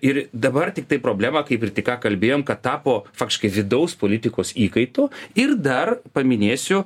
ir dabar tiktai problema kaip ir tik ką kalbėjom kad tapo faktiškai vidaus politikos įkaitu ir dar paminėsiu